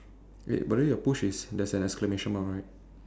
wait but then your push is there's an exclamation mark right